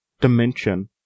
dimension